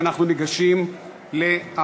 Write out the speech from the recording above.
2) אנחנו ניגשים להצבעה.